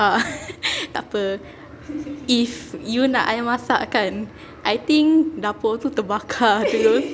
tak apa if you nak I masak kan I think dapur tu terbakar terus